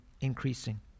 increasing